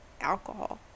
alcohol